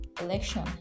election